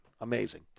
Amazing